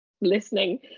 listening